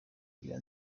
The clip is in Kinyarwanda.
iba